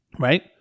Right